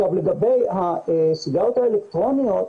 לגבי הסיגריות האלקטרוניות,